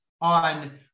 on